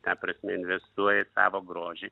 ta prasme investuoja į savo grožį